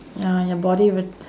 ya your body would